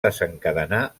desencadenar